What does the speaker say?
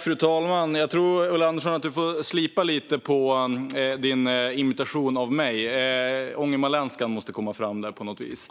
Fru talman! Jag tror, Ulla Andersson, att du får slipa lite på din imitation av mig. Ångermanländskan måste komma fram på något vis.